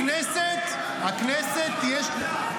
הכנסת, הכנסת --- הוועדה --- עד כדי כך.